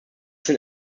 sind